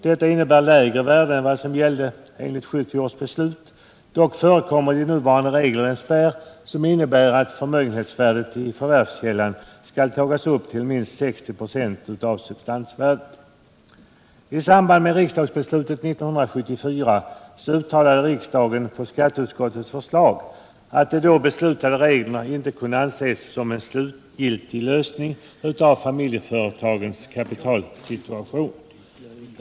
Detta innebär lägre värde än vad som gällde 17 december 1977 enligt 1970 års beslut. Men det förekommer i nuvarande regler en spärr som innebär att förmögenhetsvärde i förvärvskällan skall tas upp till - De mindre och minst 60 26 av sudvstansvärdet. medelstora I samband med riksdagsbeslutet 1974 uttalade riksdagen på skatteut = företagens utveckskottets förslag att de då beslutade reglerna inte kunde anses vara en = ling, m.m. slutgiltig lösning av familjeföretagens kapitalsituation.